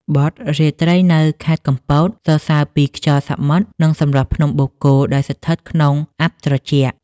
បទ «រាត្រីនៅខេត្តកំពត» សរសើរពីខ្យល់សមុទ្រ និងសម្រស់ភ្នំបូកគោដែលស្ថិតក្នុងអ័ព្ទត្រជាក់។